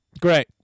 great